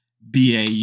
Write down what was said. BAU